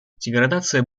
деградация